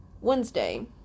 Wednesday